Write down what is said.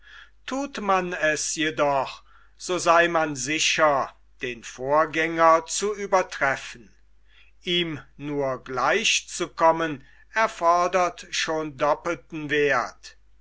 thut man es jedoch so sei man sicher den vorgänger zu übertreffen ihm nur gleichzukommen erfordert schon doppelten werth